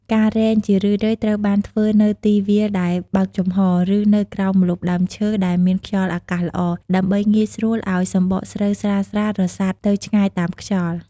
ការរែង ជារឿយៗត្រូវបានធ្វើនៅទីវាលដែលបើកចំហរ ឬនៅក្រោមម្លប់ដើមឈើដែលមានខ្យល់អាកាសល្អ ដើម្បីងាយស្រួលឱ្យសម្បកស្រូវស្រាលៗរសាត់ទៅឆ្ងាយតាមខ្យល់។